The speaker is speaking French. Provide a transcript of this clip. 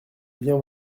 bien